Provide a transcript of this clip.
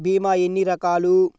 భీమ ఎన్ని రకాలు?